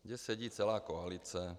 Kde sedí celá koalice.